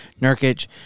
Nurkic